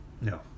No